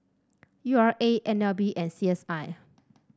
U R A N L B and C S I